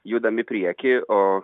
judam į priekį o